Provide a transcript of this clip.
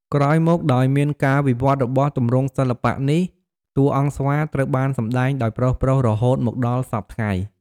ក្រោយមកដោយមានការវិវត្តន៍របស់ទម្រង់សិល្បៈនេះ តួអង្គស្វាត្រូវបានសម្តែង ដោយប្រុសៗរហូតមកដល់សព្វថ្ងៃ។